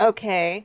Okay